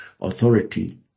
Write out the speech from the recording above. authority